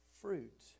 fruit